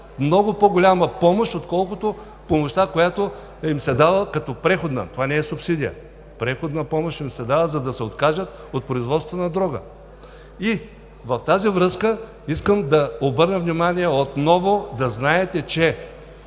много по-голяма помощ, отколкото помощта, която им се дава като преходна. Това не е субсидия. Дава им се преходна помощ, за да се откажат от производството на дрога. В тази връзка искам отново да обърна внимание, да знаете, че